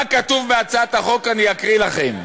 מה כתוב בהצעת החוק, אני אקריא לכם.